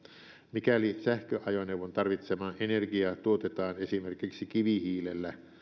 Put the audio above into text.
mikäli sähköajoneuvon tarvitsema energia tuotetaan esimerkiksi kivihiilellä